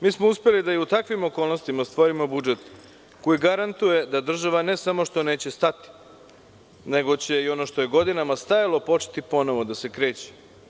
Mi smo uspeli da i u takvim okolnostima stvorimo budžet koji garantuje da država ne samo što neće stati, nego će i ono što je godinama stajalo početi ponovo da se kreće.